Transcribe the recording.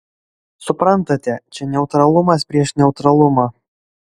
suprantate čia neutralumas prieš neutralumą